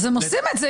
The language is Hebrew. אז הם עושים את זה.